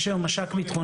יש היום מש"ק ביטחוני.